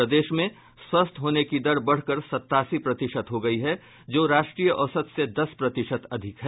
प्रदेश में स्वस्थ होने की दर बढ़कर सतासी प्रतिशत हो गयी है जो राष्ट्रीय औसत से दस प्रतिशत अधिक है